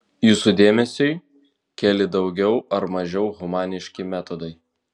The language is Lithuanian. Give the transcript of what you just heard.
jūsų dėmesiui keli daugiau ar mažiau humaniški metodai